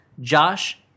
Josh